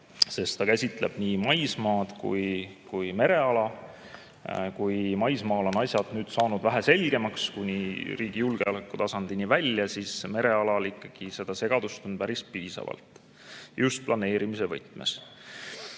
sest ta käsitleb nii maismaad kui ka mereala. Kui maismaal on asjad saanud nüüd vähe selgemaks, kuni riigi julgeoleku tasandini välja, siis merealal on seda segadust ikkagi päris piisavalt, just planeerimise võtmes.